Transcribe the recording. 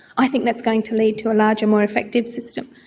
i think that's going to lead to a larger more effective system,